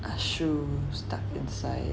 a show stuck inside